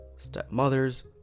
stepmothers